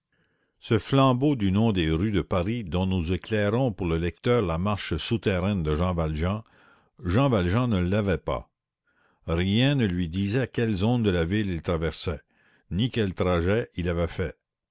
ce flambeau du nom des rues de paris dont nous éclairons pour le lecteur la marche souterraine de jean valjean jean valjean ne l'avait pas rien ne lui disait quelle zone de la ville il traversait ni quel trajet il avait fait